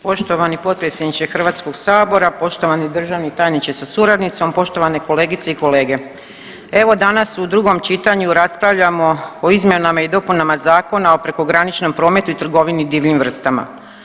Poštovani potpredsjedniče Hrvatskog sabora, poštovani državni tajniče sa suradnicom, poštovane kolegice i kolege, evo danas u drugom čitanju raspravljamo o izmjenama i dopunama Zakona o prekograničnom prometu i trgovini divljim vrstama.